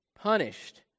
punished